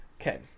Okay